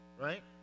right